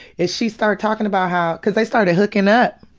if she started talkin' about how cause they started hooking up,